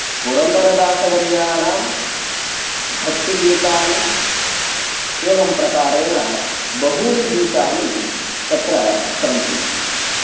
पुरन्दरदासवर्याणां भक्तिगीतानि एवं प्रकारेण बहूनि गीतानि तत्र सन्ति